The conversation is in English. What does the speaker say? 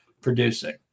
producing